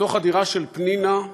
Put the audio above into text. בתוך הדירה של פנינה,